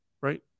right